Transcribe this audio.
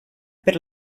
per